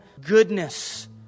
goodness